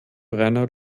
reiner